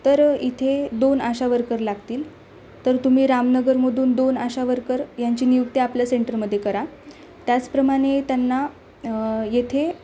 तर इथे दोन आशा वर्कर लागतील तर तुम्ही रामनगरमधून दोन आशा वर्कर ह्यांची नियुक्त आपल्या सेंटरमध्ये करा त्याचप्रमाणे त्यांना येथे